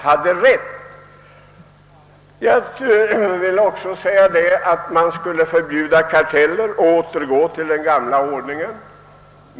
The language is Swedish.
Jag vill också säga att man skulle förbjuda karteller och återgå till den gamla ordningen.